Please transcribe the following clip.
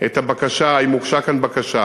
את הבקשה, אם הוגשה כאן בקשה.